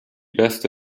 beste